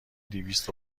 دویست